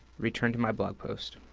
return to my blog post.